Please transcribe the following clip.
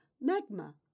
magma